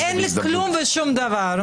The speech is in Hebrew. אין לי כלום ושום דבר,